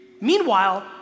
Meanwhile